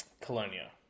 Colonia